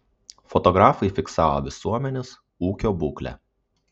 fotografai fiksavo visuomenės ūkio būklę